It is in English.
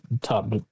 top